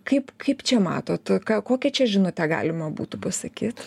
kaip kaip čia matot ką kokią čia žinutę galima būtų pasakyt